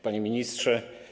Panie Ministrze!